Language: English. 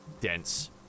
dense